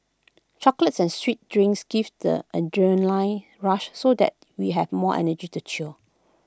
chocolates and sweet drinks gives the adrenaline rush so that we have more energy to cheer